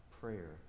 prayer